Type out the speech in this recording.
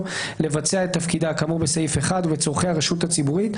לבצע את תפקידה כאמור בסעיף 1 ובצורכי הרשות הציבורית,